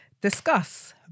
discuss